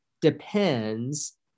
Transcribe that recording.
depends